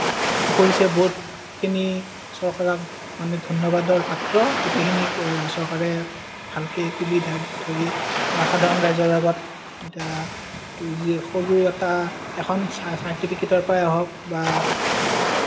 কৰিছে বহুতখিনি চৰকাৰ মানে ধন্যবাদৰ পাত্ৰ মানে গোটেইখিনি চৰকাৰে ভালকে তুলি ধৰি সাধাৰণ ৰাইজৰ আগত এতিয়া সকলো এটা এখন চাৰ্টিফিকেটৰ পৰাই হওঁক বা